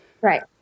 Right